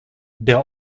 der